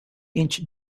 inch